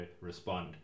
respond